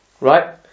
Right